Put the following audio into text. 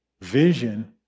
vision